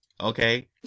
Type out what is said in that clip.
Okay